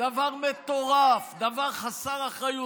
דבר מטורף, דבר חסר אחריות.